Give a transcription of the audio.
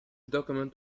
document